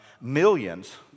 Millions